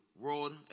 world